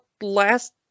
last